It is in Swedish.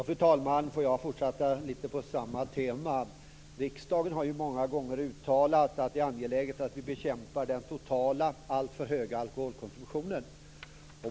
Fru talman! Låt mig fortsätta lite på samma tema. Riksdagen har ju många gånger uttalat att det är angeläget att vi bekämpar den totala alltför höga alkoholkonsumtionen.